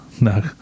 No